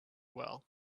well